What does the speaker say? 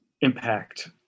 impact